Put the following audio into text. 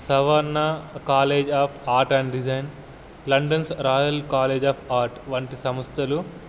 సవర్ణ college of art and design London's royal college of art వంటి సంస్థలు